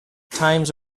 times